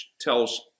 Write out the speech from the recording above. tells